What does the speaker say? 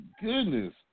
Goodness